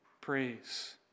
praise